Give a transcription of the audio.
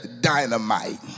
dynamite